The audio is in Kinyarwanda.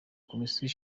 komisiyo